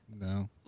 no